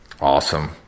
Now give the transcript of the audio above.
Awesome